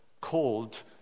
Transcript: called